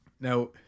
Now